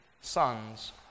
sons